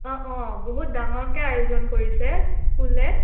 অঁ অঁ বহুত ডাঙৰকে আয়োজন কৰিছে স্কুলে